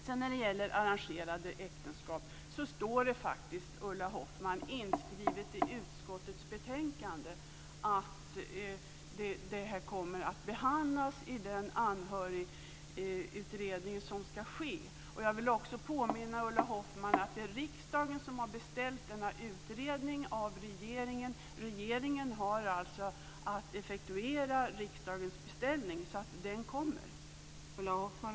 Sedan när det gäller arrangerade äktenskap står det faktiskt, Ulla Hoffmann, inskrivet i utskottets betänkande att frågan kommer att behandlas i den anhörigutredning som ska ske. Jag vill också påminna Ulla Hoffmann om att det är riksdagen som har beställt denna utredning av regeringen. Regeringen har alltså att effektuera riksdagens beställning, så utredningen kommer.